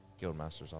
Guildmaster's